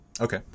Okay